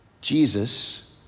Jesus